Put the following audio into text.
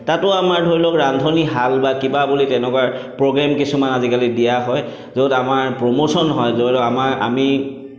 তাতো আমাৰ ধৰি লওক ৰান্ধনীশাল বা কিবা বুলি তেনেকুৱা প্ৰগ্ৰেম কিছুমান আজিকালি দিয়া হয় য'ত আমাৰ প্ৰমোশ্যন হয় য'ত আমাৰ আমি